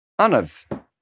Anav